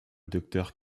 docteur